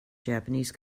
japanese